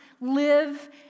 live